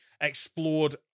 explored